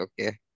okay